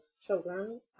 children